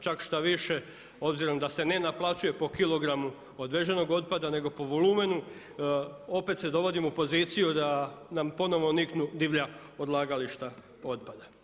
Čak štoviše, obzirom da se ne naplaćuje po kilogramu odveženog otpada nego po volumenu opet se dovodimo u poziciju da nam ponovno niknu divlja odlagališta otpada.